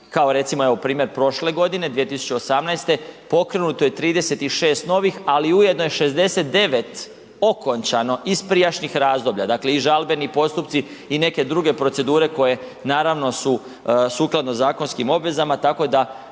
kao recimo evo, primjer prošle godine, 2018. pokrenuto je 36 novih, ali je ujedno je 69 okončano iz prijašnjih razdoblja. Dakle i žalbeni postupci i neke druge procedure koje, naravno su sukladno zakonskim obvezama, tako da